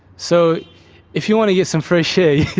so if you want to get some fresh air,